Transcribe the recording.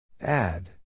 Add